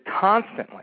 constantly